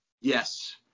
Yes